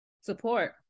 Support